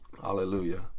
Hallelujah